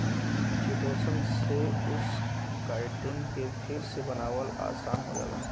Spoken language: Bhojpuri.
चिटोसन से उस काइटिन के फिर से बनावल आसान हो जाला